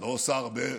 לא עושה הרבה.